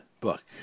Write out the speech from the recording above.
book